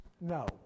No